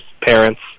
parents